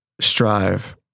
strive